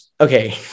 okay